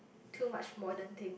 too much modern thing